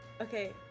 Okay